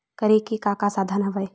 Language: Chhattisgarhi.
करे के का का साधन हवय?